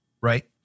right